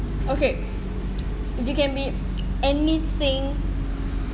okay if you can be anything